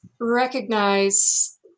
recognize